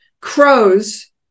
Crows